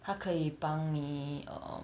他可以帮你 err